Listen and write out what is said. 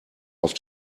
auf